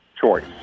choice